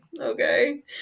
okay